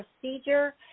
procedure